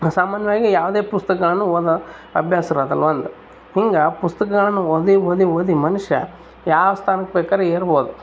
ಸಾಮಾನ್ಯವಾಗಿ ಯಾವುದೇ ಪುಸ್ತಕನು ಓದೋ ಅಭ್ಯಾಸ ಇರೋದಿಲ್ಲ ಒಂದು ಹಿಂಗೆ ಪುಸ್ತಕ ಓದಿ ಓದಿ ಓದಿ ಮನುಷ್ಯ ಯಾವ ಸ್ಥಾನಕ್ಕೆ ಬೇಕಾರು ಏರ್ಬೋದು